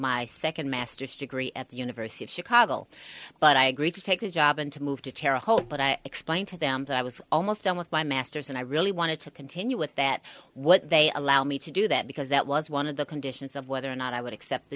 my second master's degree at the university of chicago but i agreed to take the job and to move to terre haute but i explained to them that i was almost done with my masters and i really wanted to continue with that what they allowed me to do that because that was one of the conditions of whether or not i would accept the